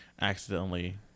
accidentally